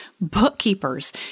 bookkeepers